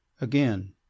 again